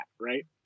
right